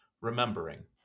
remembering